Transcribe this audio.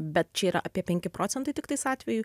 bet čia yra apie penki procentai tiktais atvejų